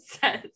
says